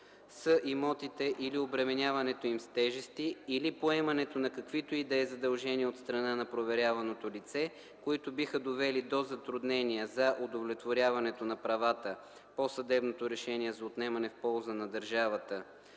с имотите или обременяването им с тежести, или поемането на каквито и да е задължения от страна на проверяваното лице, които биха довели до затруднения за удовлетворяването на правата по съдебното решение за отнемане в полза на държавата